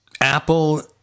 Apple